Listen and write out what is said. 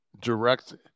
direct